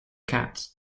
cats